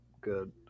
good